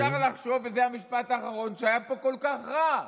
אפשר לחשוב, וזה המשפט האחרון, שהיה פה כל כך רע.